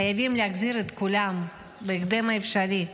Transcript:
חייבים להחזיר את כולם בהקדם האפשרי.